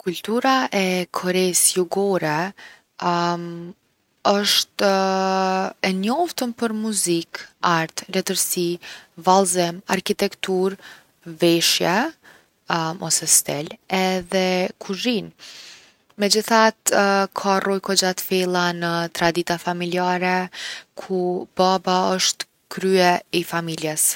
Kultura e Koresë Jugorë osht e njoftun për muzikë, art, letërsi, vallëzim, arkitekturë, veshje ose stil edhe kuzhinë. Megjithatë ka rrojë kogja t’fella në tradita familjare ku baba osht krye i familjes.